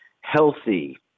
healthy